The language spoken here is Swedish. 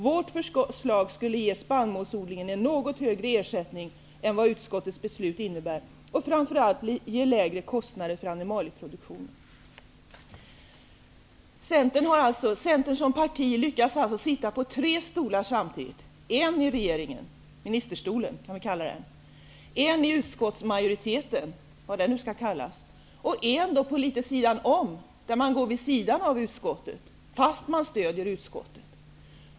Vårt förslag skulle ge spannmålsodlingen en något högre ersättningen än vad utskottets beslut innebär och framför allt ge lägre kostnader för animalieproduktionen.'' Centern som parti lyckas alltså sitta på tre stolar samtidigt. En i regeringen, ministerstolen kan vi kalla den, en i utskottsmajoriteten, vad den nu skall kallas, och en litet på sidan om, där man går vid sidan av utskottet fast man stöder utskottet.